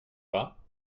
pas